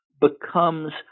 becomes